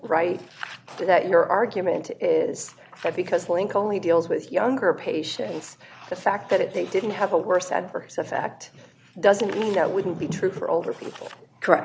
there that your argument is that because link only deals with younger patients the fact that they didn't have a worse adverse effect doesn't mean that wouldn't be true for older people